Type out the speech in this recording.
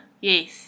Yes